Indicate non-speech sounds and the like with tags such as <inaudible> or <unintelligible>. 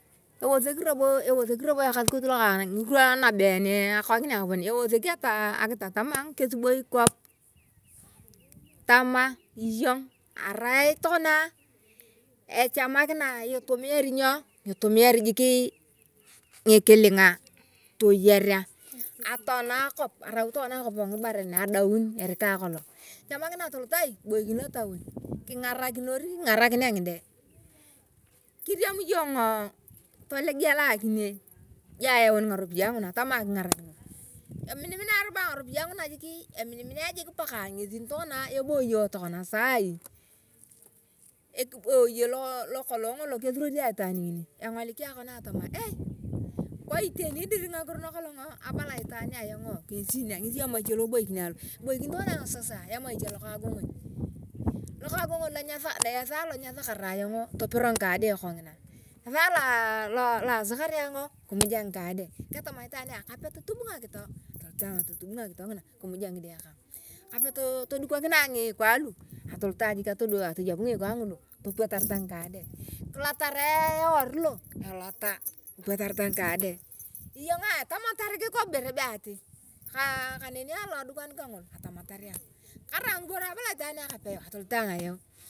Ewesek roba ekaskuet lokong <unintelligible> ewesek akitatomaa tamaa iyong arai tokana achakina kumian ngakilinga toyeria peonaa akop aram tokana akap ngioeae adaun eikaa akolong eecharrakina aying ngurupiyae nguna jik eminiminia jik mpaka ngesi nitokona eboiyee tokona saani. Engolik ayong atamar eeeh kwa iteni dir ngakiro nakalong aballa itwaan ayongo sasa emaisha lokaagingon lokaagaegun na esaa la ngesakara ayongo topero ng kaade ketama itwaan kape kemujia ngide kong kape todukinae nguukwa lu atoloto ayong jik atodukah atoyepu ngiikwa ngulu topwatarta ngkaade kilatarau earu lo elataa topwatarta ngakaade iyongaa tamatar kikoo ibore be nibe ati <hesitation> koneni alodukan ka ngolo atamatar ayong. Kirai ngiboro abala itwaan ayong kope yau atoloto ayong ayou.